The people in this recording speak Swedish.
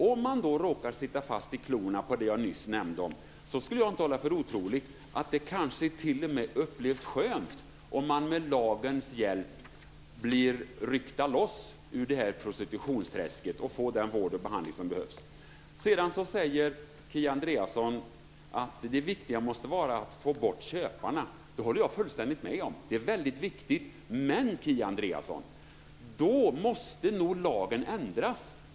Om de då råkar sitta fast i klorna på det som jag nyss nämnde så skulle jag inte hålla för otroligt att det kanske t.o.m. upplevs som skönt om man med lagens hjälp blir ryckt loss ur prostitutionsträsket och får den vård och behandling som behövs. Kia Andreasson säger att det viktiga måste vara att få bort köparna. Det håller jag fullständigt med om - det är väldigt viktigt. Men, Kia Andreasson, då måste nog lagen ändras.